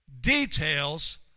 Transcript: details